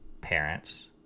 parents